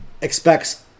expects